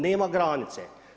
Nema granice.